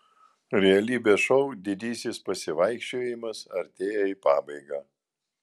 realybės šou didysis pasivaikščiojimas artėja į pabaigą